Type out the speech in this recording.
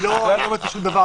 אני לא מציע שום דבר.